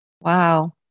Wow